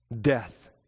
death